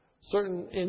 Certain